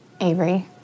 Avery